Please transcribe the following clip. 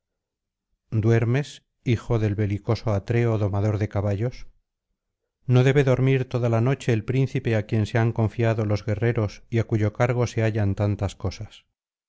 duermes hijo del belicoso atreo domador de caballos no debe dormir toda la noche el príncipe á quien se han confiado los guerreros y á cuyo cargo se hallan tantas cosas